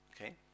Okay